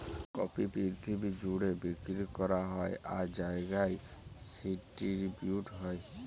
coffee পিরথিবি জ্যুড়ে বিক্কিরি ক্যরা হ্যয় আর জায়গায় ডিসটিরিবিউট হ্যয়